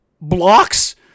blocks